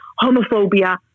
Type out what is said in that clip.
homophobia